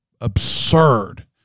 absurd